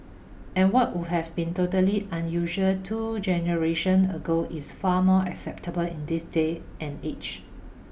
and what would have been totally unusual two generations ago is far more acceptable in this day and age